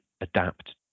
adapt